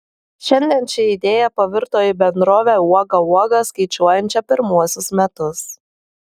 šiandien ši idėja pavirto į bendrovę uoga uoga skaičiuojančią pirmuosius metus